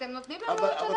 אתם נותנים להם לא לשלם.